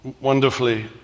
wonderfully